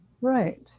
right